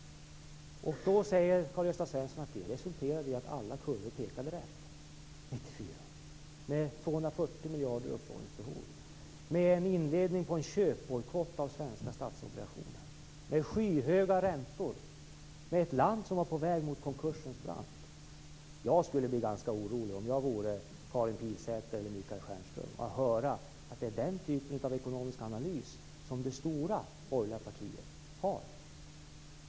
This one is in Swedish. Karl-Gösta Svenson säger sedan att det resulterade i att alla kurvor pekade rätt 1994. Vi hade då ett upplåningsbehov på 240 miljarder, en inledning på en köpbojkott av svenska statsobligationer, skyhöga räntor. Landet var på väg mot konkursens brant. Jag skulle bli ganska orolig om jag vore Karin Pilsäter eller Michael Stjernström och fick höra att det är den typen av ekonomisk analys som det stora borgerliga partiet har.